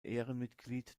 ehrenmitglied